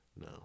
No